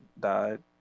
died